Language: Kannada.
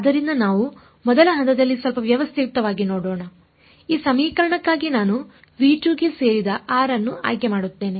ಆದ್ದರಿಂದ ನಾವು ಮೊದಲ ಹಂತದಲ್ಲಿ ಸ್ವಲ್ಪ ವ್ಯವಸ್ಥಿತವಾಗಿ ನೋಡೋಣ ಈ ಸಮೀಕರಣಕ್ಕಾಗಿ ನಾನು ಗೆ ಸೇರಿದ r ಅನ್ನು ಆಯ್ಕೆ ಮಾಡುತ್ತೇನೆ